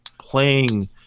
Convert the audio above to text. playing